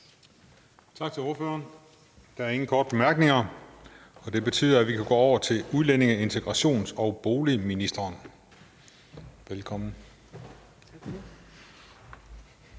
Tak til ordføreren. Der er ingen korte bemærkninger, og det betyder, at vi kan gå over til udlændinge-, integrations- og boligministeren. Velkommen.